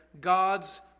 God's